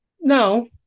no